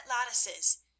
lattices